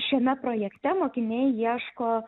šiame projekte mokiniai ieško